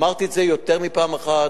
אמרתי את זה יותר מפעם אחת.